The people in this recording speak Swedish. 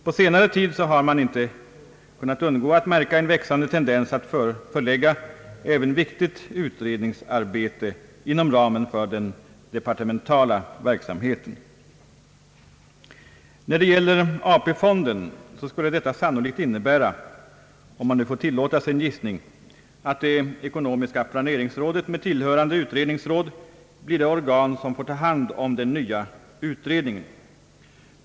På senare tid har man emellertid inte kunnat undgå att märka en växande tendens att förlägga även viktigt utredningsarbete inom ramen för den departementala verksamheten. När det gäller AP-fonden skulle detta sannolikt innebära — om man får tillåta sig en gissning — att det ekonomiska planeringsrådet med tillhörande utredningsråd blir det organ som får ta hand om den nya utredningen.